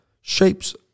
shapes